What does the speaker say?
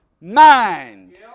mind